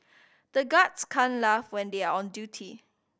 the guards can't laugh when they are on duty